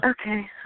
Okay